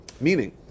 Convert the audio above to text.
meaning